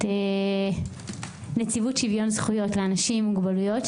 את נציבות שוויון זכויות לאנשים עם מוגבלויות,